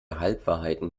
halbwahrheiten